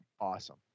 Awesome